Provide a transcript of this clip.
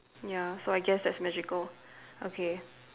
ya so I guess that's magical okay